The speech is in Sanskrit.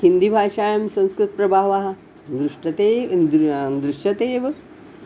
हिन्दीभाषायां संस्कृतप्रभावः दृष्टते दृश्यते एव